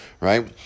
Right